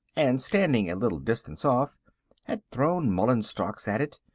and standing a little distance off had thrown mullein stalks at it,